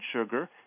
sugar